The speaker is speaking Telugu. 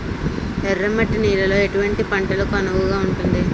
ఎర్ర మట్టి నేలలో ఎటువంటి పంటలకు అనువుగా ఉంటుంది?